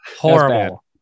Horrible